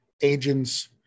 agents